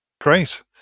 Great